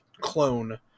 clone